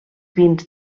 vins